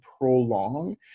prolong